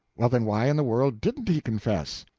well, then, why in the world didn't he confess?